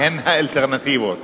אלטרנטיבות,